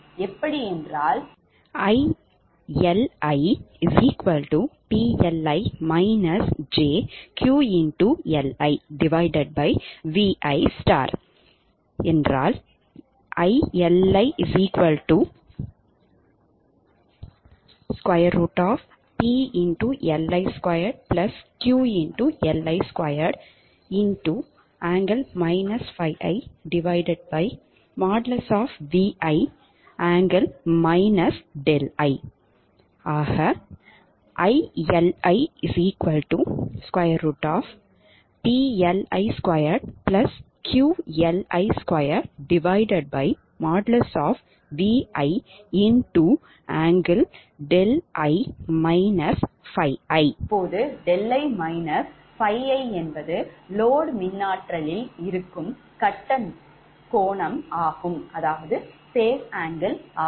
அப்படி என்றால் ILiPLi jQLiViPLi2QLi2|Vi|∠ δi∠ ϕiPLi2QLi2|Vi|∠δi i இப்போது 𝛿𝑖−𝜙𝑖 என்பது load மின்ஆற்றலில் இருக்கும் கட்ட கோணம் ஆகும்